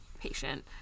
patient